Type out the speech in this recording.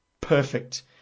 perfect